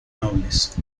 nobles